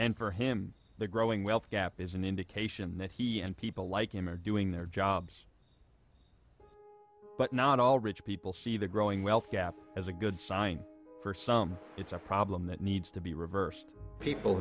and for him the growing wealth gap is an indication that he and people like him are doing their jobs but not all rich people see the growing wealth gap as a good sign for some it's a problem that needs to be reversed people